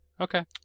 Okay